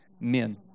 Men